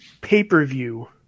pay-per-view